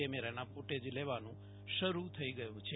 કેમેરાના ફૂટેજ લેવાનું શરૂ થઈ ગયું છે